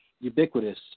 ubiquitous